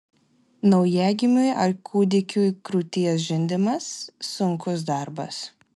naujagimiui ar kūdikiui krūties žindimas sunkus darbas